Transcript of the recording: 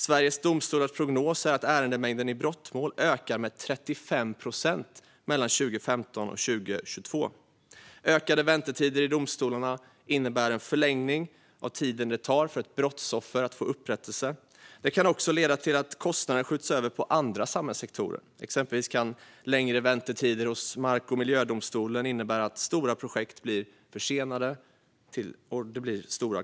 Sveriges Domstolars prognos är att ärendemängden för brottmål ökar med 35 procent mellan 2015 och 2022. Ökade väntetider i domstolarna innebär en förlängning av tiden det tar för ett brottsoffer att få upprättelse. Det kan också leda till att kostnaderna skjuts över på andra samhällssektorer. Exempelvis kan längre väntetider hos mark och miljödomstolen innebära att stora projekt blir försenade och att kostnaderna blir stora.